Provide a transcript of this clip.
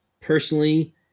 personally